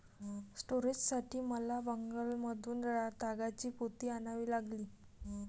स्टोरेजसाठी मला बंगालमधून तागाची पोती आणावी लागली